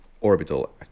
orbital